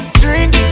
drink